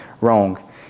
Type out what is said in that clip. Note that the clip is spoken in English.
wrong